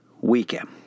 weekend